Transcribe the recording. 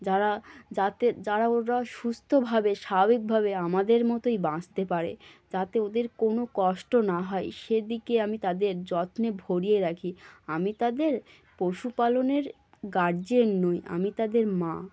যারা যাতে যারা ওরা সুস্থ ভাবে স্বাভাবিকভাবে আমাদের মতোই বাঁচতে পারে যাতে ওদের কোনো কষ্ট না হয় সেদিকে আমি তাদের যত্নে ভরিয়ে রাখি আমি তাদের পশুপালনের গার্জেন নই আমি তাদের মা